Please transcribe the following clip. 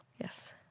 Yes